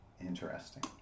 Interesting